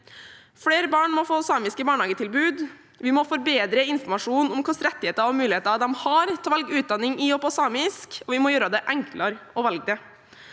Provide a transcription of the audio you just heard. Flere barn må få et samisk barnehagetilbud. Vi må forbedre informasjonen om hvilke rettigheter og muligheter de har til å velge utdanning i og på samisk, og vi må gjøre det enklere å velge det.